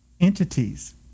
entities